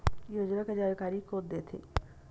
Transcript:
योजना के जानकारी कोन दे थे?